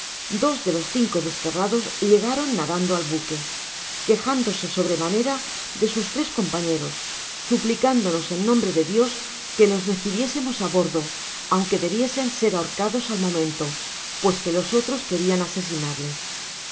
dos delos cinco desterrados llegaron nadando al buque quejándoso sobremanera de sus tres compañeros suplicándonos en nombre de dios que los recibiésemos á bordo aunque debiesen ser ahorcados al momento pues que los otros querian asesinarles el